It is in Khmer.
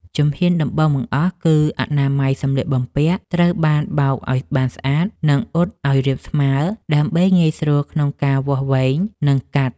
ជំហានដំបូងបង្អស់គឺអនាម័យសម្លៀកបំពាក់ត្រូវបោកឱ្យបានស្អាត និងអ៊ុតឱ្យរាបស្មើ ដើម្បីងាយស្រួលក្នុងការវាស់វែង និងកាត់។